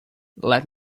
let